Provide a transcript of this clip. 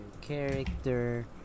character